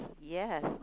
yes